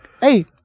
Hey